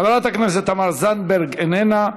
חברת הכנסת תמר זנדברג, איננה,